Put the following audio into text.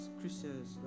Christians